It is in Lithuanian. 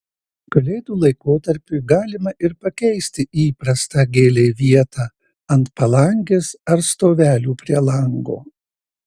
kalėdų laikotarpiui galima ir pakeisti įprastą gėlei vietą ant palangės ar stovelių prie lango